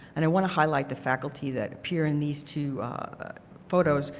and want to highlight the faculty that appear in these two photos,